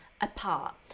apart